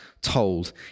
told